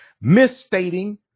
misstating